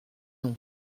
nom